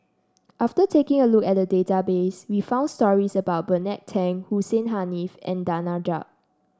after taking a look at the database we found stories about Bernard Tan Hussein Haniff and Danaraj